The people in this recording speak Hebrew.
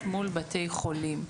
האוניברסיטאות לבין בתי החולים.